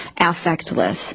affectless